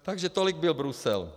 Takže tolik byl Brusel.